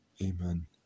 Amen